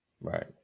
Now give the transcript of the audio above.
Right